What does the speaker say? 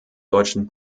deutschen